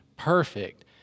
Perfect